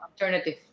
alternative